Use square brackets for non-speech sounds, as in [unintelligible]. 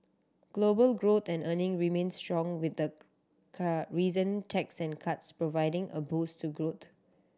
global growth and earning remain strong with the [unintelligible] reason tax and cuts providing a boost to growth